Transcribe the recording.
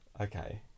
okay